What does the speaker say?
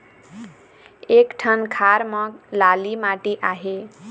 एक ठन खार म लाली माटी आहे?